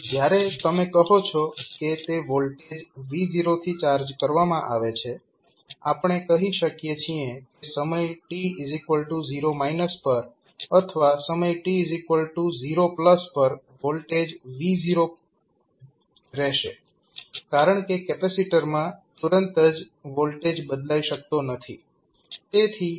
જ્યારે તમે કહો છો કે તે વોલ્ટેજ V0 થી ચાર્જ કરવામાં આવે છે આપણે કહી શકીએ છીએ કે સમય t 0 પર અથવા સમય t 0 પર વોલ્ટેજ V0 જ રહેશે કારણકે કેપેસિટરમાં તુરંત જ વોલ્ટેજ બદલાઈ શકતો નથી